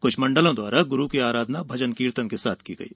कुछ मंडलों द्वारा गुरू की आराधना भजन कीर्तन के साथ की गयी